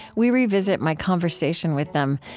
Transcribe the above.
we revisit my conversation with them,